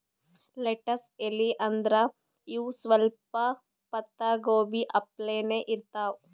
lettuce ಎಲಿ ಅಂದ್ರ ಇವ್ ಸ್ವಲ್ಪ್ ಪತ್ತಾಗೋಬಿ ಅಪ್ಲೆನೇ ಇರ್ತವ್